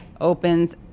opens